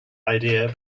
idea